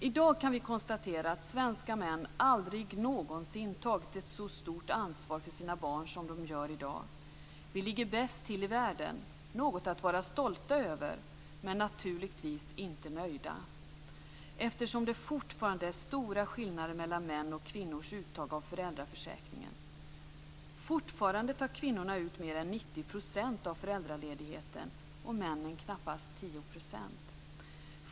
I dag kan vi konstatera att svenska män aldrig någonsin tagit ett så stort ansvar för sina barn som de gör i dag. Vi ligger bäst till i världen. Det är något som vi kan vara stolta över, men naturligtvis inte nöjda med, eftersom det fortfarande är stora skillnader mellan mäns och kvinnors uttag av föräldraförsäkringen. Fortfarande tar kvinnorna ut mer än 90 % av föräldraledigheten och männen knappt 10 %.